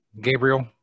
Gabriel